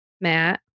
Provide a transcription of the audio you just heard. Matt